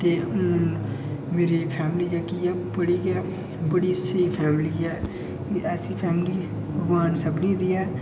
ते मेरी फैमिली जेह्की ऐ ओह् बड़ी गै बड़ी स्हेई फैमिली ऐ ऐसी फैमिली भगवान सभनें गी देऐ